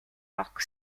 rock